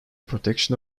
protection